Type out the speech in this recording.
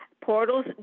Portals